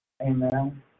Amen